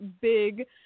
big